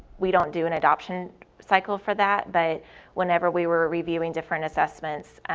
we don't do an adoption cycle for that, but whenever we were reviewing different assessments,